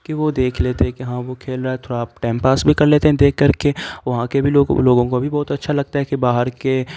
کہ وہ دیکھ لیتے ہیں کہ ہاں وہ کھیل رہا ہے تھوڑا آپ ٹائم پاس بھی کر لیتے ہیں دیکھ کر کے وہاں کے بھی لوگ لوگوں کو بھی بہت اچھا لگتا ہے کہ باہر کے